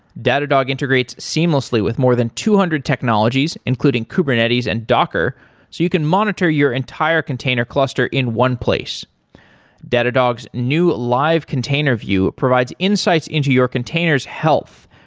datadog integrates seamlessly with more than two hundred technologies, including kubernetes and docker, so you can monitor your entire container cluster in one place datadog's new live container view provides insights into your container s health,